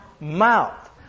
Mouth